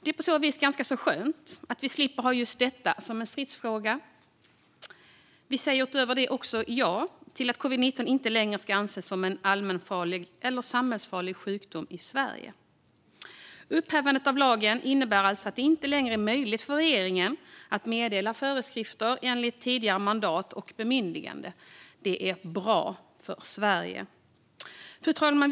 Det är ganska skönt att vi slipper ha detta som en stridsfråga. Vi säger också ja till att covid-19 inte längre ska anses som en allmänfarlig eller samhällsfarlig sjukdom i Sverige. Upphävandet av lagen innebär alltså att det inte längre är möjligt för regeringen att meddela förskrifter enligt tidigare mandat och bemyndigande. Detta är bra för Sverige. Fru talman!